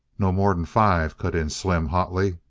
not more'n five! cut in slim hotly.